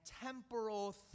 temporal